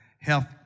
health